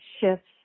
shifts